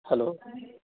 hello